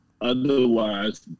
otherwise